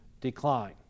decline